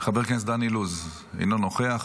חבר הכנסת דן אילוז, אינו נוכח,